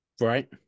Right